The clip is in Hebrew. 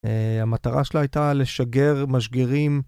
המטרה שלה הייתה לשגר משגרים.